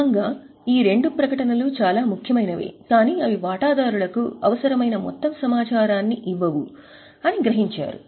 క్రమంగా ఈ రెండు ప్రకటనలు చాలా ముఖ్యమైనవే కానీ అవి వాటాదారులకు అవసరమైన మొత్తం సమాచారాన్ని ఇవ్వవు అని గ్రహించారు